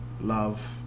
love